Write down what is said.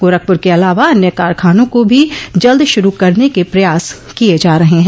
गोरखपुर के अलावा अन्य कारखानों को भी जल्द शुरू करने के प्रयास किये जा रहे हैं